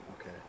Okay